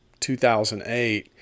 2008